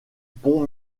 pont